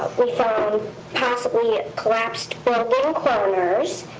we found possibly collapsed building corners,